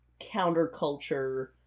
counterculture